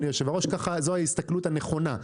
זוהי ההסתכלות הנכונה.